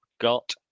got